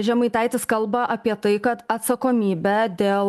žemaitaitis kalba apie tai kad atsakomybė dėl